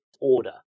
order